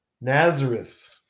Nazareth